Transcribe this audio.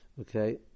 Okay